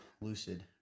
lucid